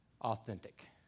authentic